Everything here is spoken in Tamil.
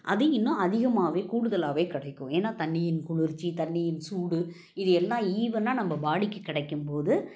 அது இன்னும் அதிகமாகவே கூடுதலாகவே கிடைக்கும் ஏனால் தண்ணியின் குளிர்ச்சி தண்ணியின் சூடு இது எல்லாம் ஈவன்னாக நம்ம பாடிக்கு கிடைக்கும்போது